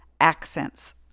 accents